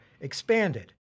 expanded